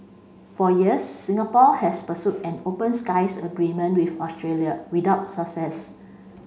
for years Singapore has pursued an open skies agreement with Australia without success